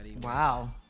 Wow